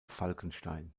falkenstein